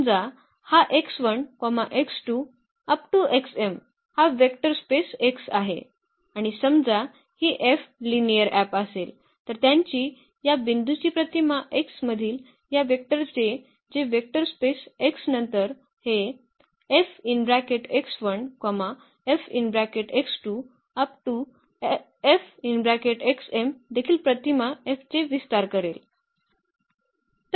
समजा हा हा वेक्टर स्पेस X आहे आणि समजा ही F लिनिअर मॅप असेल तर त्यांची या बिंदूची प्रतिमा x मधील या वेक्टरचे जे वेक्टर स्पेस X नंतर हे देखील प्रतिमा F चे विस्तार करेल